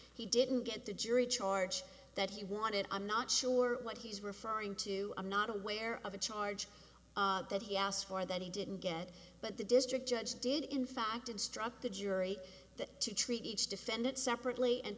he didn't get the jury charge that he wanted i'm not sure what he's referring to i'm not aware of a charge that he asked for that he didn't get but the district judge did in fact instruct the jury that to treat each defendant separately and